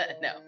No